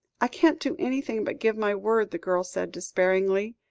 i can't do anything but give my word, the girl said despairingly.